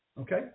Okay